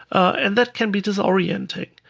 and that can be disorienting.